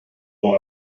dans